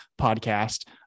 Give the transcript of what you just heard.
podcast